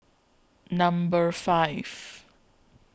Number five